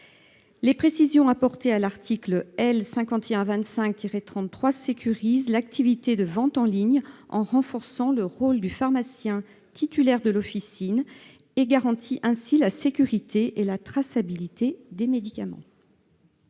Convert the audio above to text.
Les précisions apportées à l'article L. 5125-33 du code de la santé publique sécurisent l'activité de vente en ligne en renforçant le rôle du pharmacien titulaire de l'officine, garantissant ainsi la sécurité et la traçabilité des médicaments.